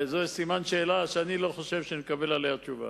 זה בסימן שאלה, ואני לא חושב שנקבל על זה תשובה.